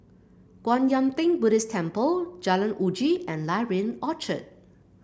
Kwan Yam Theng Buddhist Temple Jalan Uji and Library Orchard